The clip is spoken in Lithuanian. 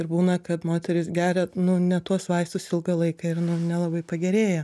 ir būna kad moterys geria nu ne tuos vaistus ilgą laiką ir nu nelabai pagerėja